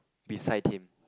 beside him